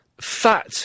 fat